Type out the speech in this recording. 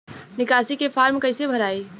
निकासी के फार्म कईसे भराई?